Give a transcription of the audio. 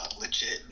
legit